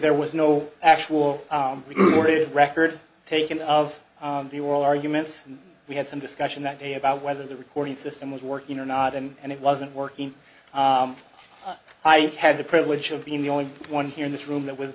there was no actual ordered record taken of the oral arguments and we had some discussion that day about whether the recording system was working or not and it wasn't working i had the privilege of being the only one here in this room that was